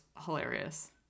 hilarious